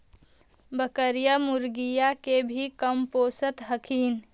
बकरीया, मुर्गीया के भी कमपोसत हखिन?